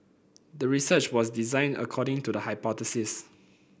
the research was designed according to the hypothesis